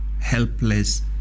helpless